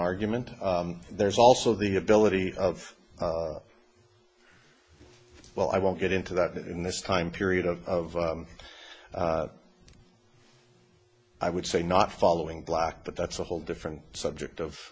argument there's also the ability of well i won't get into that in this time period of i would say not following black but that's a whole different subject of